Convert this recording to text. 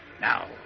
Now